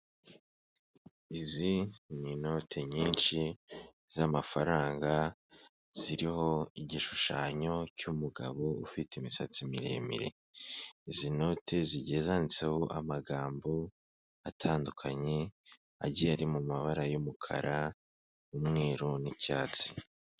Izi ni inote nyinshi z'amafaranga, ziriho igishushanyo cy'umugabo ufite imisatsi miremire, izi note zigiye zanditseho amagambo atandukanye, agiye ari mu mabara y'umukara, umweru n'icyatsi.